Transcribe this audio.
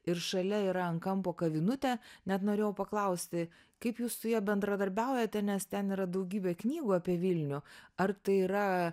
ir šalia yra ant kampo kavinukė net norėjau paklausti kaip jūs su ja bendradarbiaujate nes ten yra daugybė knygų apie vilnių ar tai yra